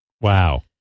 Wow